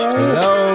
hello